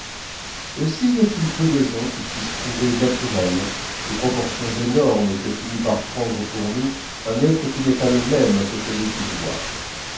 aussi y a-t-il peu de gens qui puissent trouver naturelles les proportions énormes que finit par prendre pour nous un être qui n'est pas le même que celui qu'ils voient